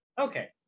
okay